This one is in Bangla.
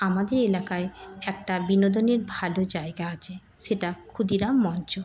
আমাদের এলাকায় একটা বিনোদনের ভালো জায়গা আছে সেটা ক্ষুদিরাম মঞ্চ